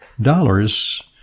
dollars